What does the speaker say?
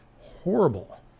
horrible